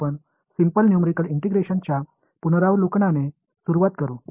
எனவே எளிய நியூமறிகள் இன்டெகிரஷன் மதிப்பாய்வு மூலம் இப்போது தொடங்குவோம்